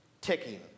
ticking